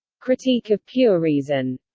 critique of pure reason.